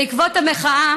בעקבות המחאה